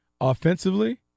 offensively